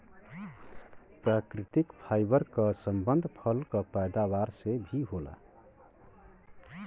प्राकृतिक फाइबर क संबंध फल क पैदावार से भी होला